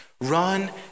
run